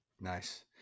Nice